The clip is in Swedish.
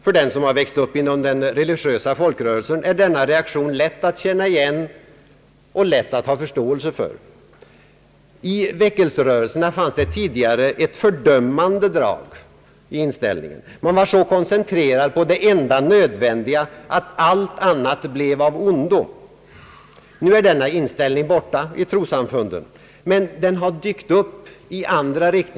För den som växt upp inom den religiösa folkrörelsen är denna reaktion lätt att känna igen och lätt att ha förståelse för. I väckelserörelserna fanns det tidigare ett fördömande drag i inställningen. Man var så koncentrerad på det enda nödvändiga, att allt annat blev av ondo. Nu är denna inställning borta från trossamfunden, men den har dykt upp på andra håll.